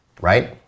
right